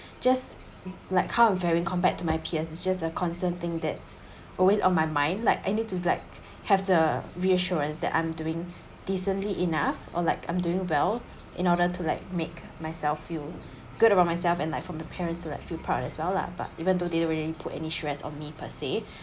just like kind of worrying compared to my peers it's just a concern thing that's always on my mind like I need to like have the reassurance that I'm doing decently enough or like I'm doing well in order to like make myself feel good about myself and Iike from the parents to like feel proud as well lah but even though they don't really put any stress on me per se